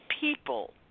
people